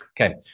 Okay